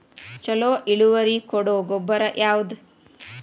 ಛಲೋ ಇಳುವರಿ ಕೊಡೊ ಗೊಬ್ಬರ ಯಾವ್ದ್?